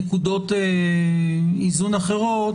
בנקודות איזון אחרות.